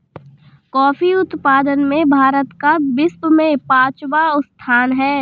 coffee उत्पादन में भारत का विश्व में पांचवा स्थान है